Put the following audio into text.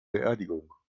beerdigung